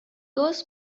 was